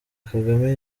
kagame